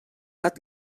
gat